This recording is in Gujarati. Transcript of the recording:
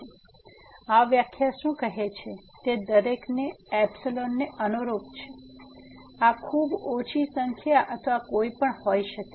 તેથી આ વ્યાખ્યા શું કહે છે તે દરેક ને અનુરૂપ છે તેથી આ ખૂબ ઓછી સંખ્યા અથવા કંઈપણ હોઈ શકે છે